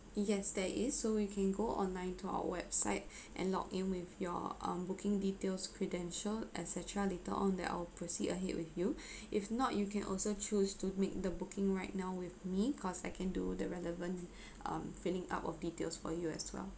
yes there is so you can go online to our website and log in with your um booking details credential et cetera later on then I'll proceed ahead with you if not you can also choose to make the booking right now with me cause I can do the relevant um filling up of details for you as well